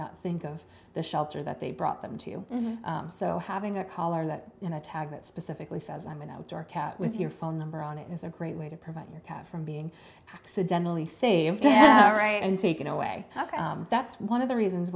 not think of the shelter that they brought them to so having a collar that in a tag that specifically says i'm an outdoor cat with your phone number on it is a great way to prevent your cat from being accidentally saved right and taken away ok that's one of the reasons